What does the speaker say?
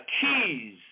keys